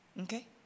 Okay